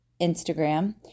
Instagram